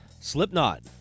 Slipknot